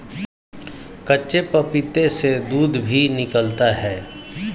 कच्चे पपीते से दूध भी निकलता है